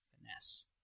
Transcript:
finesse